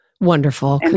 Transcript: Wonderful